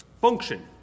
Function